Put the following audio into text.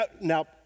Now